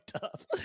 tough